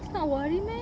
it's not worry meh